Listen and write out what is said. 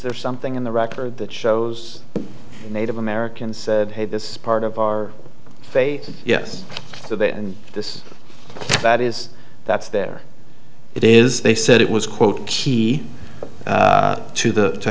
there something in the record that shows native americans said hey this is part of our faith yes so that and this that is that's their it is they said it was quote key to the to